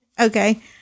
Okay